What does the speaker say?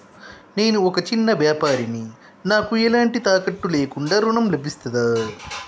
నేను ఒక చిన్న వ్యాపారిని నాకు ఎలాంటి తాకట్టు లేకుండా ఋణం లభిస్తదా?